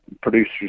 producers